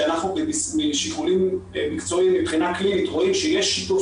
שאנחנו משיקולים מקצועיים מבחינה קלינית רואים שיש שיתוף